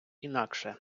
інакше